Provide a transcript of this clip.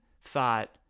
thought